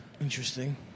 Interesting